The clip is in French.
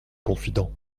confident